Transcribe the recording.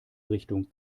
richtung